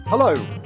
Hello